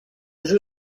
jeu